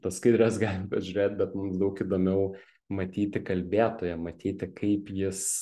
tas skaidres galim pažiūrėt bet daug įdomiau matyti kalbėtoją matyti kaip jis